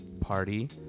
party